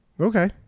okay